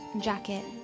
jacket